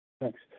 Thanks